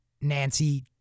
Nancy